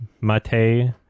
Mate